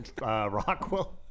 Rockwell